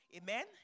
Amen